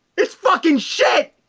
its fucking shit!